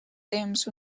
temps